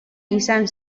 izan